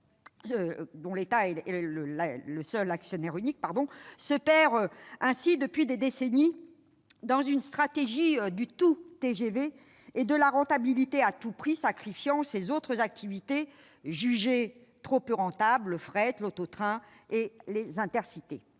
dont l'État est l'unique actionnaire, se perd ainsi depuis des décennies dans une stratégie du tout-TGV et de la rentabilité à tout prix, sacrifiant ses autres activités jugées trop peu rentables : le fret, l'auto-train et les Intercités.